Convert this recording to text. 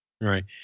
Right